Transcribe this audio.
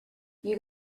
you